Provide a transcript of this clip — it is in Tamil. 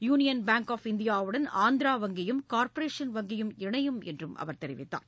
யூனியன் பேங்க் ஆப் இந்தியாவுடன் ஆந்திரா வங்கியும் கார்ப்பரேசன் வங்கியும் இணையும் என்று அவர் தெரிவித்தார்